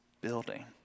building